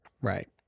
Right